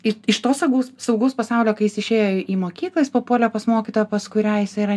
ir iš to saugaus saugaus pasaulio kai jis išėjo į mokyklą jis papuolė pas mokytoją pas kurią jisai yra